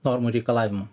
normų reikalavimų